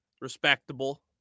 Respectable